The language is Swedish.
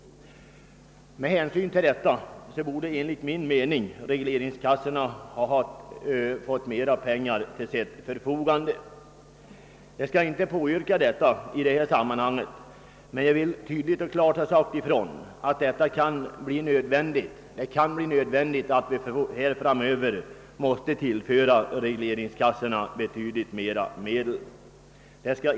Med hänsyn härtill borde enligt min mening regleringskassorna ha tillförts mera pengar. Jag skall inte påyrka något sådant i detta sammanhang nu, men jag vill tydligt och klart ha sagt ifrån, att riksdagen inte bör vara främmande för att det kan bli nödvändigt att framöver tillföra regleringskassorna betydligt mer medel.